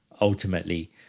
ultimately